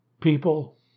People